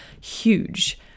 huge